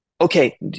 Okay